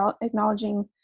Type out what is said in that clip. acknowledging